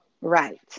Right